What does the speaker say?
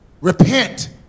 Repent